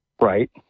Right